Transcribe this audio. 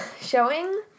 showing